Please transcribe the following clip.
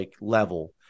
level